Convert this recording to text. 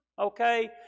okay